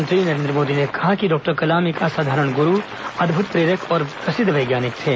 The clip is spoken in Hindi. प्रधानमंत्री नरेन्द्र मोदी ने कहा कि डॉक्टर कलाम एक असाधारण गुरू अद्भुत प्रेरक और प्रसिद्ध वैज्ञानिक थे